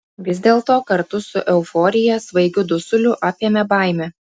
vis dėlto kartu su euforija svaigiu dusuliu apėmė baimė